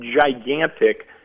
gigantic